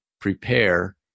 prepare